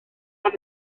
maen